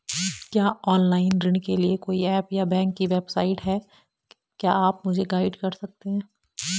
क्या ऑनलाइन ऋण के लिए कोई ऐप या बैंक की वेबसाइट है क्या आप मुझे गाइड कर सकते हैं?